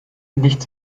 nichts